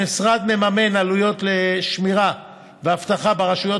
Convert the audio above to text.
המשרד מממן עלויות שמירה ואבטחה ברשויות